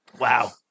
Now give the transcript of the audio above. Wow